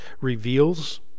reveals